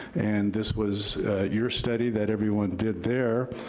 and this was your study that everyone did there.